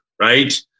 right